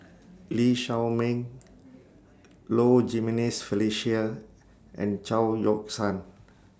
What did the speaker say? Lee Shao Meng Low Jimenez Felicia and Chao Yoke San